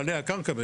בעלי הקרקע.